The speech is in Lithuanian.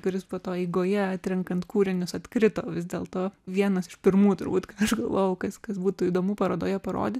kuris po to eigoje atrenkant kūrinius atkrito vis dėlto vienas iš pirmųjų turbūt aš galvoju kas kas būtų įdomu parodoje parodyt